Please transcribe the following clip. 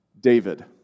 David